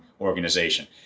organization